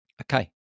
Okay